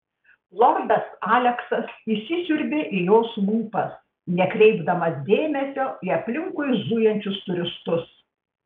lordas aleksas įsisiurbė į jos lūpas nekreipdamas dėmesio į aplinkui zujančius turistus